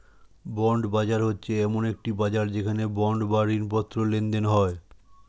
bond বাজার হচ্ছে এমন একটি বাজার যেখানে বন্ড বা ঋণপত্র লেনদেন হয়